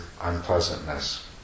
unpleasantness